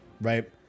right